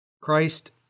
Christ